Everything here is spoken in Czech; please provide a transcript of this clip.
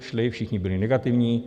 Šli, všichni byli negativní.